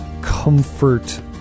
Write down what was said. comfort